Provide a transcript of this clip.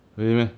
really meh